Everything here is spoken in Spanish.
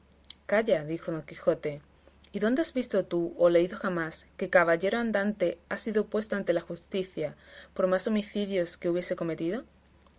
calla dijo don quijote y dónde has visto tú o leído jamás que caballero andante haya sido puesto ante la justicia por más homicidios que hubiese cometido